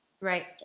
Right